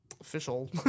official